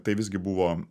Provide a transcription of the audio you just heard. tai visgi buvo